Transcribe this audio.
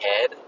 head